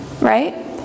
right